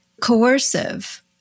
coercive